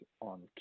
on